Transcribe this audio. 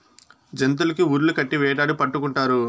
జంతులకి ఉర్లు కట్టి వేటాడి పట్టుకుంటారు